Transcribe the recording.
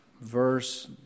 verse